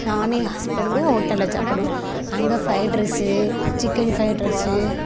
நானும் ஏன் ஹஸ்பண்டும் ஹோட்டல்ல சாப்பிடுவோம் அங்கே fried rice chicken fried rice